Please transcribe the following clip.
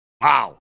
Wow